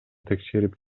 текшерип